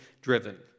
driven